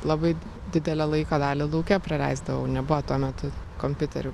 labai didelę laiko dalį lauke praleisdavau nebuvo tuo metu kompiuterių